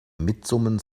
mitsummen